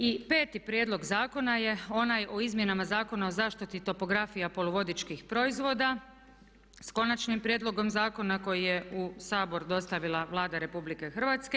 I 5. prijedlog zakona je onaj o Izmjenama zakona o zaštiti topografija poluvodičkih proizvoda, sa Konačnim prijedlogom Zakona koji je u Sabor dostavila Vlada RH.